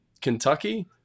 Kentucky